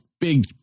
big